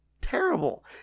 terrible